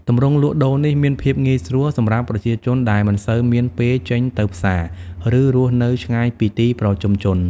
ទម្រង់លក់ដូរនេះមានភាពងាយស្រួលសម្រាប់ប្រជាជនដែលមិនសូវមានពេលចេញទៅផ្សារ ឬរស់នៅឆ្ងាយពីទីប្រជុំជន។